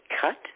cut